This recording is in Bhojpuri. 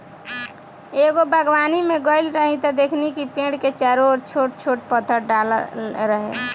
एगो बागवानी में गइल रही त देखनी कि पेड़ के चारो ओर छोट छोट पत्थर डालल रहे